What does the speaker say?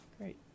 Great